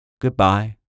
Goodbye